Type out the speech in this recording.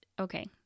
okay